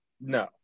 no